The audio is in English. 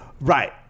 Right